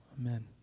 Amen